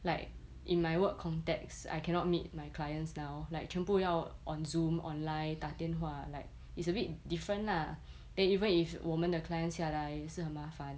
like in my work context I cannot meet my clients now like 全部要 on zoom online 打电话 like it's a bit different lah then even if 我们 the clients 下来也是很麻烦